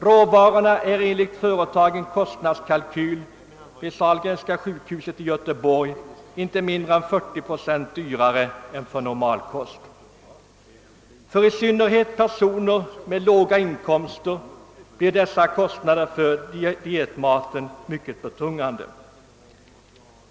Råvarorna är enligt en vid Sahlgrenska sjukhuset i Göteborg företagen kostnadskalkyl inte mindre än 40 procent dyrare än för normalkosten. För i synnerhet personer med låga inkomster blir dessa kostnader för dietmaten mycket betungande.